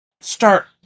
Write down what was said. start